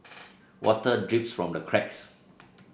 water drips from the cracks